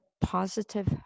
positive